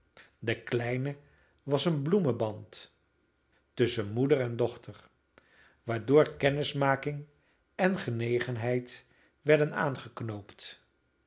de kleine was een bloemenband tusschen moeder en dochter waardoor kennismaking en genegenheid werden